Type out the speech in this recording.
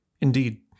Indeed